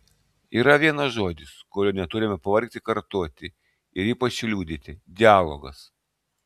yra vienas žodis kurio neturime pavargti kartoti ir ypač liudyti dialogas